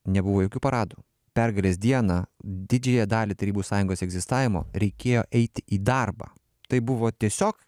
nebuvo jokių paradų pergalės dieną didžiąją dalį tarybų sąjungos egzistavimo reikėjo eiti į darbą tai buvo tiesiog